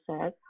says